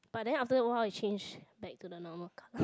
but then after awhile it change back to the normal kind